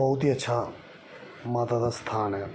बहुत ही अच्छा माता दा स्थान ऐ